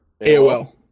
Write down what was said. AOL